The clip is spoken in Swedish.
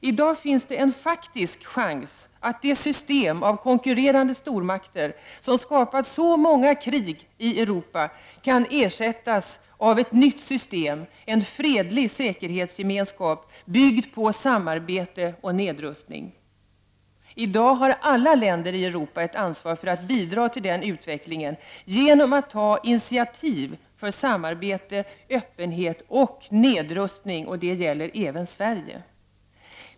I dag finns det en faktisk chans att det system av konkurrerande stormakter som skapat så många krig i Europa kan ersättas av ett nytt system, en ”fredlig säkerhetsgemenskap”, byggd på samarbete och nedrustning. I dag har alla länder i Europa ett ansvar för att bidra till den utvecklingen, genom att ta initiativ till samarbete, öppenhet och nedrustning. Och det gäller även Sverige.